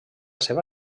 seva